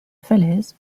falaise